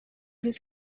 was